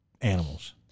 animals